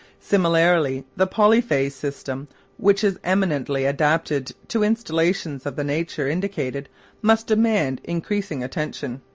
similarly the polyphase system which is eminently adapted to installations of the nature indicated must demand increasing attention.